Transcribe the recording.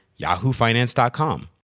yahoofinance.com